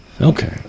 okay